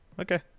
Okay